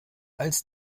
als